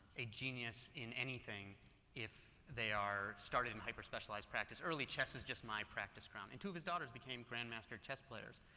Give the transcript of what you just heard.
a genius in anything if they are started in hyper specialized practice early. chess is just my practice ground. and two of his daughters became grand master chess players.